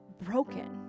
broken